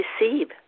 Receive